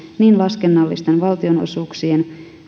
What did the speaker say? niin laskennallisten valtionosuuksien